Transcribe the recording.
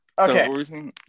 Okay